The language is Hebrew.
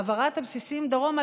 העברת הבסיסים דרומה,